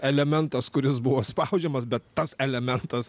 elementas kuris buvo spaudžiamas bet tas elementas